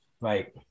Right